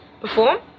perform